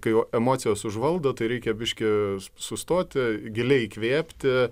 kai jau emocijos užvaldo tai reikia biškį sustoti giliai įkvėpti